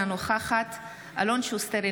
אינה נוכחת אלון שוסטר,